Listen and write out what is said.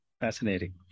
Fascinating